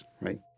right